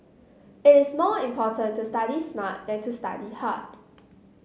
it is more important to study smart than to study hard